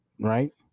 right